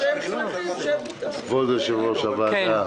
כבוד יושב-ראש הוועדה.